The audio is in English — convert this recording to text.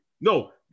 No